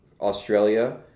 Australia